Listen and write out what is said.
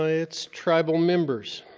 ah it's tribal members.